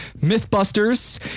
Mythbusters